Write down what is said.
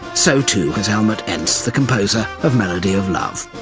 so too, has helmut inz, the composer of melody of love.